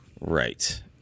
right